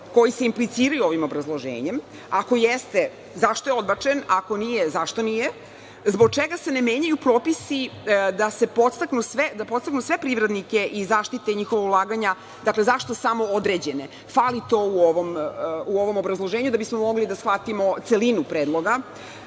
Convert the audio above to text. koji se impliciraju ovim obrazloženjem. Ako jeste zašto je odbačen, ako nije zašto nije? Zbog čega se ne menjaju propisi da podstaknu sve privrednike i zaštite njihova ulaganja, dakle zašto samo određene? Fali to u ovom obrazloženju da bismo mogli da shvatimo celinu predloga.